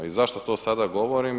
I zašto to sada govorim?